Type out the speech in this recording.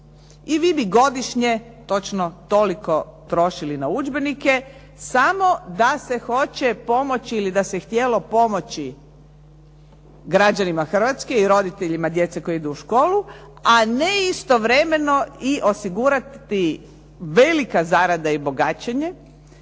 i vi bi godišnje točno toliko trošili na udžbenike samo da se hoće pomoći ili da se htjelo pomoći građanima Hrvatske i roditeljima djece koja idu u školu a ne istovremeno i osigurati velika zarada i bogaćenje